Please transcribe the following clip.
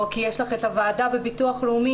או כי יש לך את הוועדה בביטוח לאומי